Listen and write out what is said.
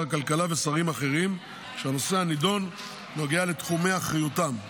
הכלכלה ושרים אחרים שהנושא הנדון נוגע לתחומי אחריותם,